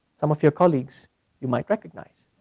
some of your colleagues you might recognize.